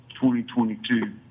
2022